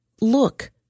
Look